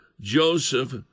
Joseph